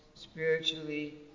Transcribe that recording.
spiritually